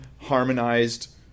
harmonized